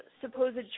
supposed